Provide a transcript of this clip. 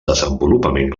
desenvolupament